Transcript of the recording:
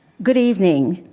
good evening.